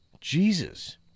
jesus